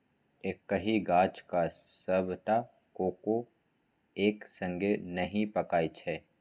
एक्कहि गाछक सबटा कोको एक संगे नहि पाकय छै